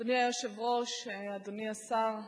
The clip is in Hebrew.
אדוני היושב-ראש, אדוני השר,